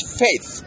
faith